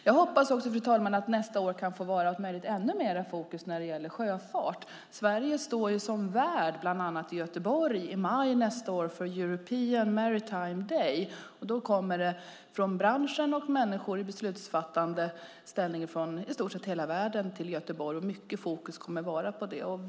Jag hoppas också, fru talman, att det nästa år kan få vara om möjligt ännu mer fokus på sjöfart. Sverige står som värd i Göteborg i maj nästa år för European Maritime Day. Då kommer människor från branschen och människor i beslutsfattande ställning från i stort sett hela världen till Göteborg. Mycket fokus kommer då att vara på de här frågorna.